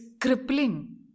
crippling